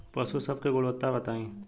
पशु सब के गुणवत्ता बताई?